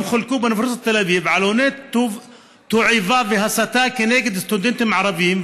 היום חולקו באוניברסיטת תל אביב עלוני תועבה והסתה נגד סטודנטים ערבים,